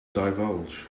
divulge